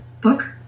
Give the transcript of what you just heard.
book